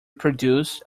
produced